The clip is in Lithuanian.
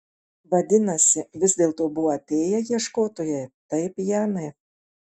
vadinasi vis dėlto buvo atėję ieškotojai taip janai